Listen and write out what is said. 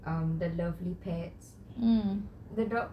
um the lovely pets the dog